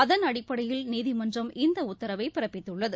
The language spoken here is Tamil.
அதன் அடிப்படையில் நீதிமன்றம் இந்தஉத்தரவைபிறப்பித்துள்ளது